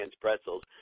pretzels